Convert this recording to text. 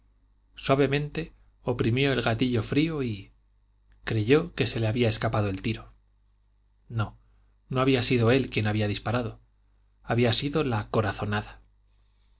suavemente oprimió el gatillo frío y creyó que se le había escapado el tiro no no había sido él quien había disparado había sido la corazonada